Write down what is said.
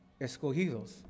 escogidos